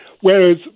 whereas